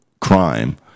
crime